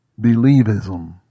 believism